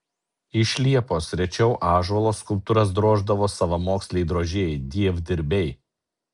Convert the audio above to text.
iš liepos rečiau ąžuolo skulptūras droždavo savamoksliai drožėjai dievdirbiai